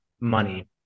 money